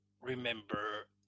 remember